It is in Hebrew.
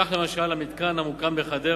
כך, למשל, המתקן המוקם בחדרה,